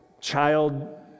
child